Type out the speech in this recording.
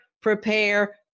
prepare